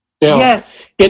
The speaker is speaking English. Yes